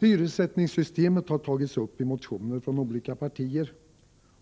Hyressättningssystemet har tagits upp i motioner från olika partier,